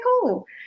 cool